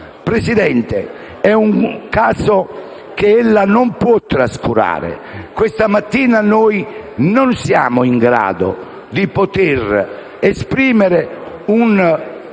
Presidente, è un caso che ella non può trascurare. Questa mattina noi non siamo in grado di esprimere un